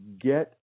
get